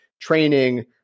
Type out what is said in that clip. training